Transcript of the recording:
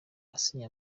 asinya